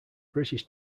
british